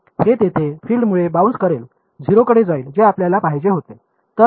हे तेथे फिल्डमुळे बाउन्स करेल 0 कडे जाईल जे आपल्याला पाहिजे होते